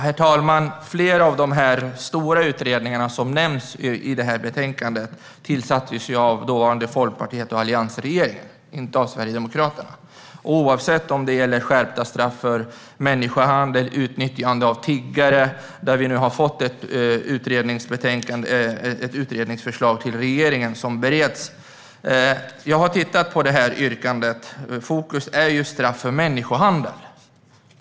Herr talman! Flera av de stora utredningarna som nämns i betänkandet tillsattes av dåvarande Folkpartiet och alliansregeringen, inte av Sverigedemokraterna. När det gäller skärpta straff för människohandel eller utnyttjande av tiggare har det kommit ett utredningsförslag till regeringen som bereds. Jag har tittat på yrkandet. Fokus är straff för människohandel.